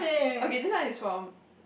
okay this one is from